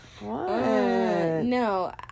No